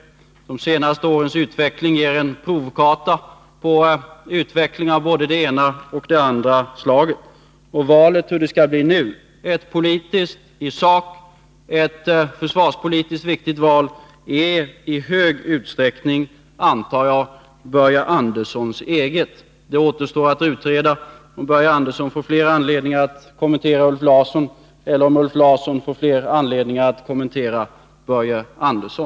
De senaste årens utveckling ger en provkarta på utveckling av både det ena och det andra slaget. Valet hur det skall bli nu — i sak ett försvarspolitiskt viktigt val — är i stor utsträckning, antar jag, Börje Anderssons eget. Det återstår att utreda om Börje Andersson får flera anledningar att kommentera Ulf Larsson, eller om Ulf Larsson får flera anledningar att kommentera Börje Andersson.